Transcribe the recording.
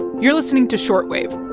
you're listening to short wave